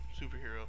superhero